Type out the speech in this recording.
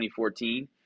2014